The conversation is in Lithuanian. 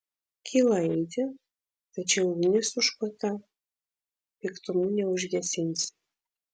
kyla eiti tačiau ugnis užkurta piktumu neužgesinsi